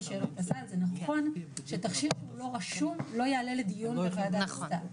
נכון שתכשיר הוא לא רשום לא יעלה לדיון בוועדת הסל.